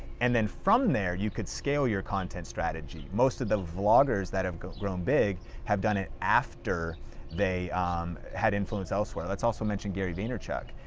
and then from there you could scale your content strategy. most of the vloggers that have grown big have done it after they had influence elsewhere. let's also mention gary vaynerchuk.